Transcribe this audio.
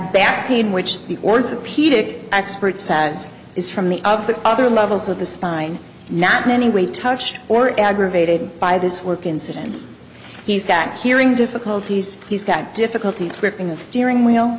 back pain which the orthopedic expert says is from the of the other levels of the spine not in any way touched or aggravated by this work incident he's got hearing difficulties he's got difficulty gripping the steering wheel